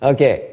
Okay